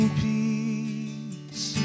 peace